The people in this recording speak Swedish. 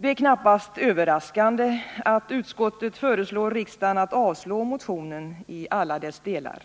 Det är knappast överraskande att utskottet föreslår riksdagen att avslå motionen i alla dess delar.